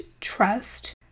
trust